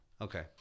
Okay